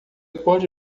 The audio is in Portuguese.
pode